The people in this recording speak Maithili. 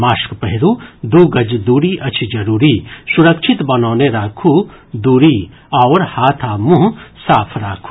मास्क पहिरू दू गज दूरी अछि जरूरी सुरक्षित दूरी बनौने राखू आओर हाथ आ मुंह साफ राखू